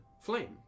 flame